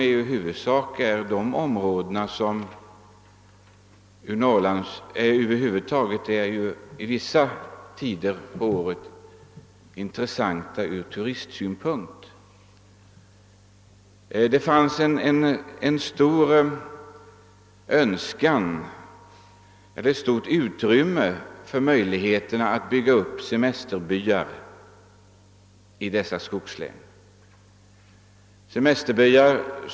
I huvudsak är det just skogslänen som under vissa tider på året är intressanta ur turistsynpunkt. Det fanns och finns en stark önskan och stora möjligheter att bygga upp semesterbyar i skogslänen.